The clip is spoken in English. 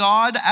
God